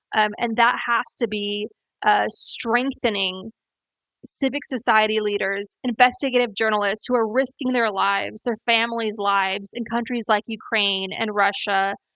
um and that has to be ah strengthening civic society leaders, investigative journalists who are risking their lives, their families' lives, in countries like ukraine and russia,